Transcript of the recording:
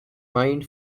mined